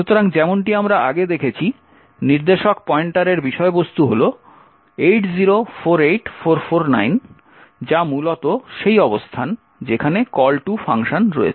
সুতরাং যেমনটি আমরা আগে দেখেছি নির্দেশক পয়েন্টারের বিষয়বস্তু হল 8048449 যা মূলত সেই অবস্থান যেখানে কল টু ফাংশন রয়েছে